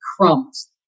crumbs